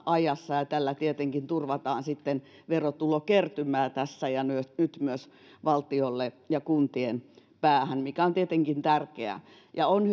ajassa ja tällä tietenkin turvataan sitten verotulokertymää tässä ja nyt nyt myös valtiolle ja kuntien päähän mikä on tietenkin tärkeää on